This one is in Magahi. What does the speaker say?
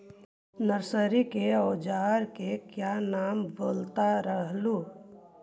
नरसरी के ओजार के क्या नाम बोलत रहलू?